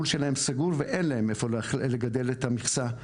שלהם סגור ואין להם איפה לגדל את המכסה.